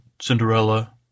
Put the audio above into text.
Cinderella